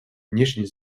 внешней